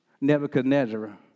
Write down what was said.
Nebuchadnezzar